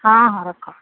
ହଁ ହଁ ରଖ